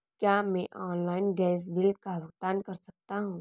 क्या मैं online gas bill का भुगतान कर सकता हूँ?